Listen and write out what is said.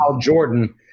Jordan